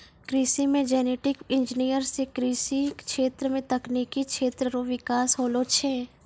कृषि मे genetic engineer से कृषि क्षेत्र मे तकनिकी क्षेत्र रो बिकास होलो छै